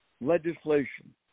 legislation